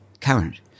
current